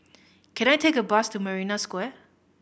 can I take a bus to Marina Square